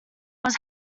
was